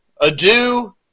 Adieu